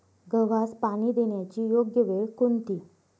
गव्हास पाणी देण्याची योग्य वेळ कोणती?